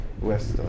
west